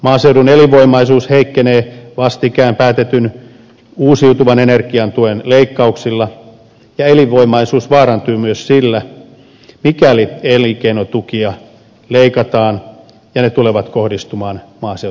maaseudun elinvoimaisuus heikkenee vastikään päätetyn uusiutuvan energian tuen leikkauksilla ja elinvoimaisuus vaarantuu myös mikäli elinkeinotukia leikataan ja leikkaukset tulevat kohdistumaan maaseutualueisiin